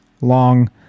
long